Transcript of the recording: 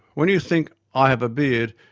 when you think, i have a beard,